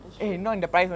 that's true